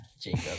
jacob